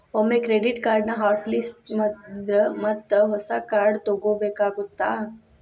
ಒಮ್ಮೆ ಕ್ರೆಡಿಟ್ ಕಾರ್ಡ್ನ hot list ಮಾಡಿದ್ರ ಮತ್ತ ಹೊಸ ಕಾರ್ಡ್ ತೊಗೋಬೇಕಾಗತ್ತಾ